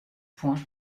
points